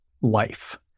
life